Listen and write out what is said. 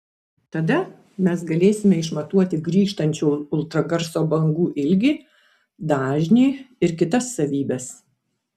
tada mes galėsime išmatuoti grįžtančių ultragarso bangų ilgį dažnį ir kitas savybes